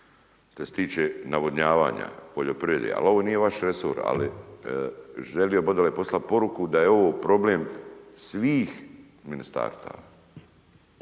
Šta se tiče navodnjavanja poljoprivrede, ali ovo nije vaš resor, ali želio bi ovdje poslati poruku, da je ovo problem svih ministarstava.